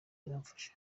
iramfasha